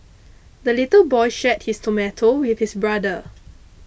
the little boy shared his tomato with his brother